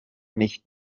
nicht